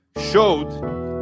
showed